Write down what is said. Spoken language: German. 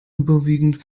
überwiegend